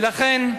ולכן,